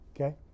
Okay